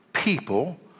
people